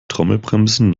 trommelbremsen